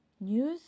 news